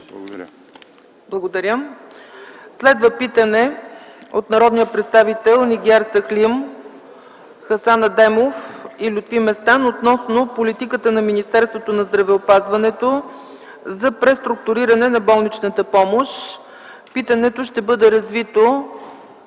Благодаря. Следва питане от народите представители Нигяр Сахлим, Хасан Адемов и Лютви Местан относно политиката на Министерството на здравеопазването за преструктуриране на болничната помощ. Питането ще бъде развито